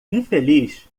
infeliz